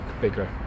bigger